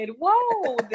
Whoa